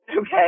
Okay